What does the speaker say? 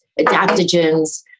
adaptogens